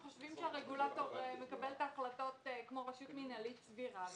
אנחנו חושבים שהרגולטור מקבל את ההחלטות כמו רשות מנהלית סבירה,